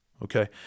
Okay